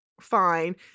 fine